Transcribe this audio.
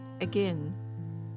again